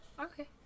okay